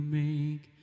make